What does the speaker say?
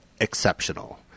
exceptional